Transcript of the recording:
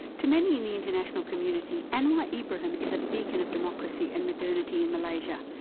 to many in the international community, anwar ibrahim is a beacon of democracy and modernity in malaysia,